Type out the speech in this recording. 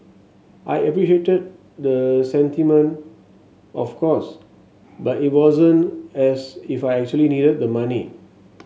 I appreciated the sentiment of course but it wasn't as if I actually needed the money